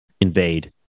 invade